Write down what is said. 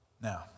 Now